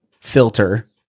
filter